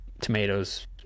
tomatoes